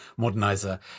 modernizer